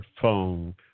phone